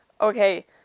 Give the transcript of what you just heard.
Okay